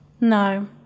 No